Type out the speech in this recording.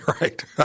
right